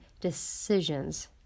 decisions